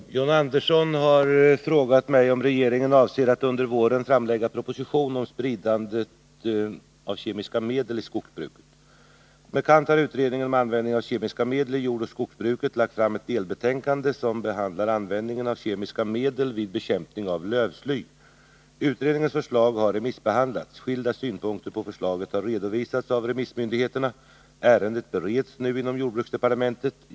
Herr talman! John Andersson har frågat mig om regeringen avser att under våren framlägga proposition om spridandet av kemiska medel i skogsbruket. Som bekant har utredningen om användningen av kemiska medel i jordoch skogsbruket lagt fram ett delbetänkande som behandlar användningen av kemiska medel vid bekämpning av lövsly. Utredningens förslag har remissbehandlats. Skilda synpunkter på förslaget har redovisats av remissmyndigheterna. Ärendet bereds nu inom jordbruksdepartementet.